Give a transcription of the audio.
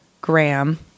Graham